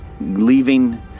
leaving